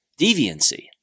deviancy